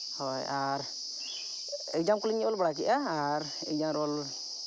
ᱦᱳᱭ ᱟᱨ ᱮᱠᱡᱟᱢ ᱠᱚᱞᱤᱧ ᱚᱞᱵᱟᱲᱟᱠᱮᱫᱼᱟ ᱟᱨ ᱮᱠᱡᱟᱢ ᱨᱳᱞ